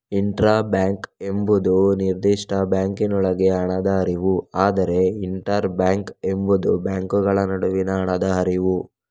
intra bank ಎಂಬುದು ನಿರ್ದಿಷ್ಟ ಬ್ಯಾಂಕಿನೊಳಗೆ ಹಣದ ಹರಿವು, ಆದರೆ ಇಂಟರ್ ಬ್ಯಾಂಕ್ ಎಂಬುದು ಬ್ಯಾಂಕುಗಳ ನಡುವಿನ ಹಣದ ಹರಿವು